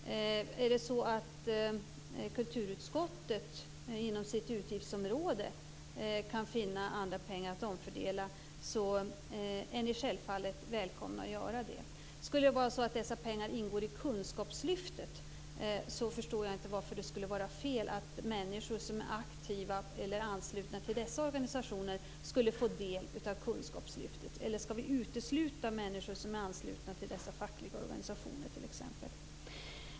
Om kulturutskottet inom sitt utgiftsområde kan finna andra pengar att omfördela är man självfallet välkommen att göra det. Om dessa pengar ingår i kunskapslyftet förstår jag inte varför det skulle vara fel att människor som är aktiva eller anslutna till dessa organisationer skulle få del av kunskapslyftet. Eller skall vi utesluta människor som är anslutna till t.ex. dessa fackliga organisationer?